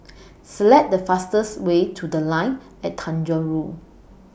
Select The fastest Way to The Line At Tanjong Rhu